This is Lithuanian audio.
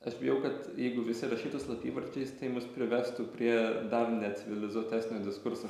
aš bijau kad jeigu visi rašytų slapyvardžiais tai mus privestų prie dar necivilizuotesnio diskurso